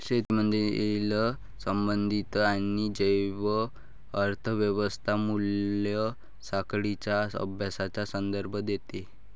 शेतीमधील संबंधित आणि जैव अर्थ व्यवस्था मूल्य साखळींच्या अभ्यासाचा संदर्भ देते